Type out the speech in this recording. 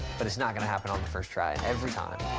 but it's not gonna happen on the first try every time.